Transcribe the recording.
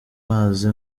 mazi